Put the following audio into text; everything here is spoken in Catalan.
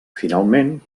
finalment